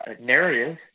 narrative